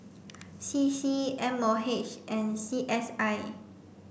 C C M O H and C S I